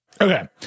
Okay